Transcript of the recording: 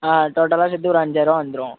டோட்டலாக சேர்த்து ஒரு அஞ்சாயிருவா வந்துடும்